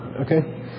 Okay